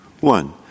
One